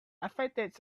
advantage